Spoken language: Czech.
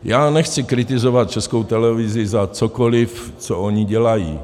Já nechci kritizovat Českou televizi za cokoli, co oni dělají.